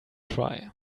try